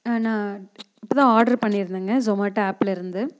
ஆ நான் இப்போ தான் ஆர்டரு பண்ணியிருந்தேங்க ஜொமேட்டோ ஆப்லேருந்து